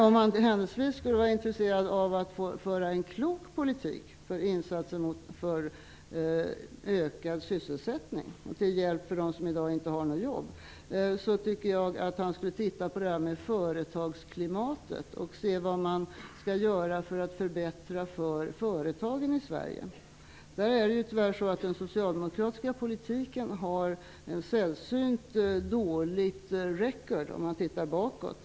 Om han händelsevis skulle vara intresserad av att föra en klok politik för ökad sysselsättning till hjälp för dem som i dag inte har något jobb tycker jag att han skulle undersöka företagsklimatet och se vad man kan göra för att förbättra för företagen i Sverige. Den socialdemokratiska politiken har ett sällsynt dåligt ''record'' om man tittar bakåt.